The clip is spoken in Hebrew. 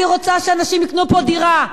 אני רוצה שאנשים יקנו פה דירה,